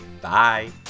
Bye